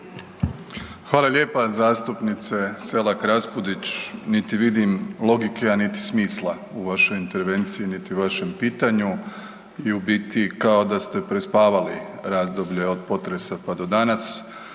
Hvala lijepa zastupnice Selak Rapudić, niti vidim logike, a niti smisla u vašoj intervenciji, niti vašem pitanju. Vi u biti kao da ste prespavali razdoblje od potresa pa do danas.